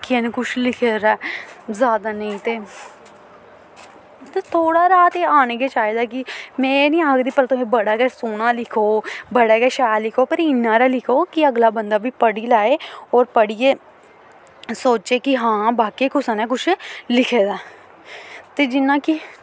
कि इ'न्नै कुछ लिखे दा ऐ जैदा नेईं ते थोह्ड़ा सारा आना गै चाहिदा कि में एह् निं आखदी भाई तुस बड़ा गै सोह्ना लिखो बड़ा गै शैल लिखो पर इन्ना हारा लिखो कि अगला बंदा बी पढ़ी लैऐ ते पढ़ियै सोचै कि हां वाकई कुसै ने कुछ लिखे दा ऐ ते जि'यां कि